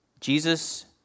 Jesus